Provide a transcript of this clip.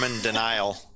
denial